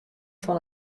fan